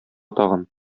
тагын